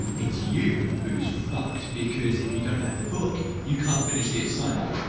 it's you who's fucked because if you don't have the book you can't finish the assignment.